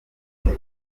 ate